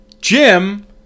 Jim